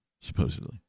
supposedly